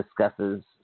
discusses